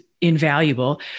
invaluable